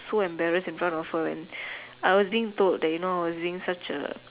so embarrassed in front of her and I was being told that you know I was being such a